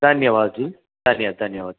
धन्यवादः जि धन्य धन्यवादः